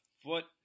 foot